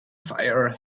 fire